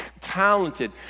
talented